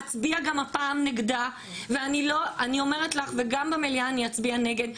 אצביע גם הפעם נגדה ואני אומרת לך וגם במליאה אני אצביע נגד,